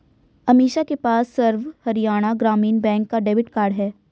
अमीषा के पास सर्व हरियाणा ग्रामीण बैंक का डेबिट कार्ड है